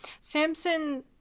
Samson